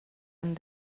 and